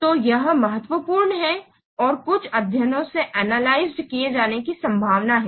तो यह महत्वपूर्ण है और कुछ अध्ययनों से एनालाइज्ड किए जाने की संभावना है